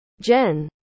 Jen